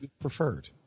preferred